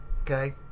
okay